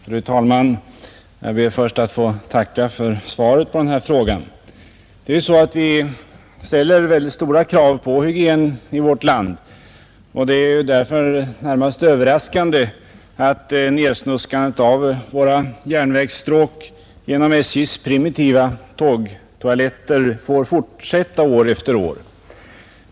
Fru talman! Jag ber att få tacka för svaret på denna fråga. Vi ställer i vårt land mycket stora krav på hygien, och det är därför närmast överraskande att nedsnuskandet av våra järnvägsstråk genom SJ:s primitiva tågtoaletter får fortsätta år efter år.